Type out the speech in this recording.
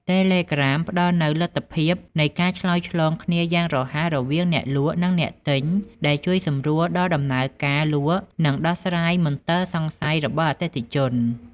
តេឡេក្រាមផ្តល់នូវលទ្ធភាពនៃការឆ្លើយឆ្លងគ្នាយ៉ាងរហ័សរវាងអ្នកលក់ និងអ្នកទិញ ដែលជួយសម្រួលដល់ដំណើរការលក់ និងដោះស្រាយមន្ទិលសង្ស័យរបស់អតិថិជន។